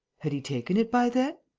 had he taken it by then?